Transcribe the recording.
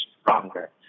stronger